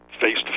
face